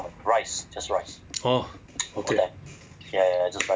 orh okay